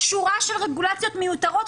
שורה של רגולציות מיותרות,